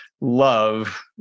love